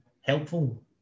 helpful